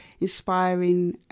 inspiring